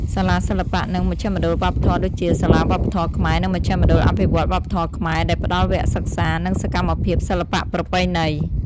សាលាសិល្បៈ និងមជ្ឈមណ្ឌលវប្បធម៌ ដូចជា សាលាវប្បធម៌ខ្មែរ និងមជ្ឈមណ្ឌលអភិវឌ្ឍវប្បធម៌ខ្មែរ ដែលផ្តល់វគ្គសិក្សា និងសកម្មភាពសិល្បៈប្រពៃណី។